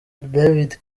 david